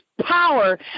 power